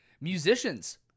musicians